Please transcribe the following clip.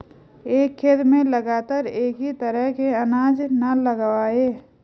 एक खेत में लगातार एक ही तरह के अनाज न लगावें